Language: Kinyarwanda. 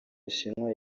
bushinwa